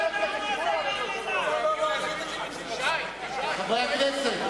חברי הכנסת.